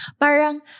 Parang